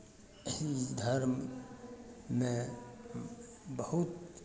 एहि धर्ममे बहुत